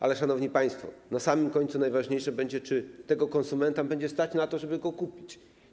Ale, szanowni państwo, na samym końcu najważniejsze będzie to, czy konsumenta będzie stać na to, żeby to kupić.